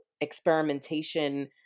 experimentation